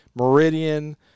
Meridian